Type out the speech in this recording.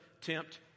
tempt